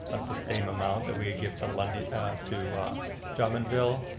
that's the same amount that we had give to and to drummondville.